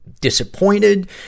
disappointed